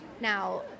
now